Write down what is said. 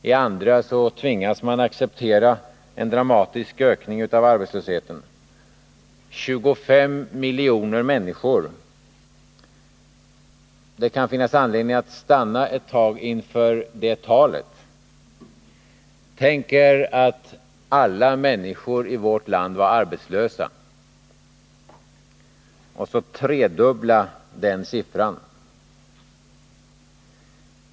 I andra tvingas man acceptera en dramatisk ökning av arbetslösheten. 25 miljoner människor — det kan finnas anledning att stanna ett tag inför det talet. Tänk er att alla människor i vårt land var arbetslösa! Tredubbla sedan den mängden!